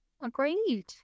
Agreed